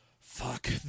Fuck